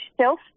self